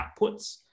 outputs